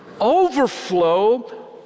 Overflow